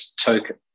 token